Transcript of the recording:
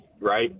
right